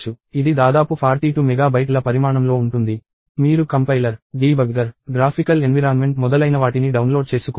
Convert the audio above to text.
ఇది దాదాపు 42 మెగా బైట్ల పరిమాణంలో ఉంటుంది మీరు కంపైలర్ డీబగ్గర్ గ్రాఫికల్ ఎన్విరాన్మెంట్ మొదలైనవాటిని డౌన్లోడ్ చేసుకోవాలి